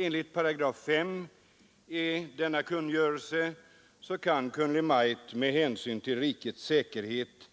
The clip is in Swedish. Enligt 5 § i denna kungörelse kan Kungl. Maj:t med hänsyn till rikets säkerhet